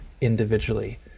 individually